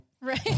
Right